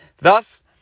Thus